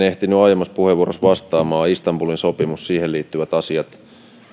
ehtinyt aiemmassa puheenvuorossani vastaamaan eli istanbulin sopimuksesta siihen liittyvistä asioista